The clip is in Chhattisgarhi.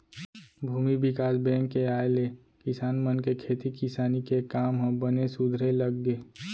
भूमि बिकास बेंक के आय ले किसान मन के खेती किसानी के काम ह बने सुधरे लग गे